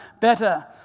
better